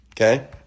Okay